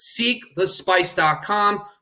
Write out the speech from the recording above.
Seekthespice.com